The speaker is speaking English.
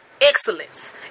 excellence